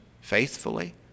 faithfully